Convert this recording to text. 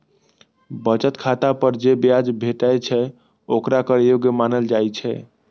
बचत खाता पर जे ब्याज भेटै छै, ओकरा कर योग्य मानल जाइ छै